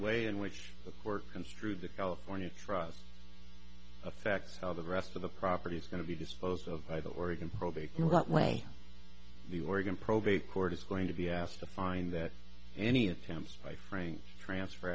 way in which a court construed the california trust affects how the rest of the property is going to be disposed of by the oregon probate in what way the oregon probate court is going to be asked to find that any attempts by frank transfer